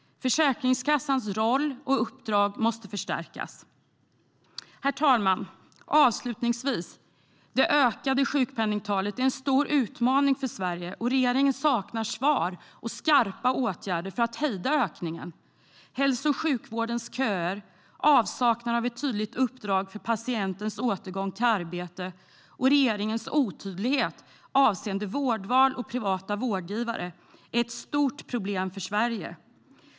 Försäkringskassans roll och uppdrag måste förstärkas. Herr talman! Det ökade sjukpenningtalet är en stor utmaning för Sverige, och regeringen saknar svar och skarpa åtgärder för att hejda ökningen. Hälso och sjukvårdens köer, avsaknaden av ett tydligt uppdrag för patientens återgång till arbete och regeringens otydlighet avseende vårdval och privata vårdgivare är ett stort problem för Sverige.